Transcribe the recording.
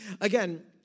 again